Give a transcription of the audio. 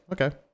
okay